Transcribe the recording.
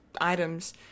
items